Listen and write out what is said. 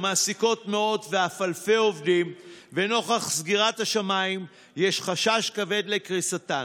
שמעסיקות מאות ואף אלפי עובדים ונוכח סגירת השמיים יש חשש כבד לקריסתן,